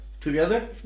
Together